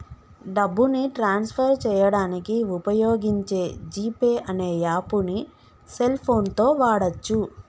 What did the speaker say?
డబ్బుని transfer చేయడానికి వుపయోగించే జీ పే అనే యాప్పుని సెల్ ఫోన్ తో వాడచ్చు